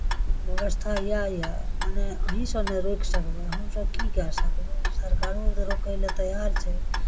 व्यवस्था इएह यए मने अहीँसभ ने रोकि सकबै हमसभ की कए सकबै सरकारो तऽ रोकय लए तैयार छै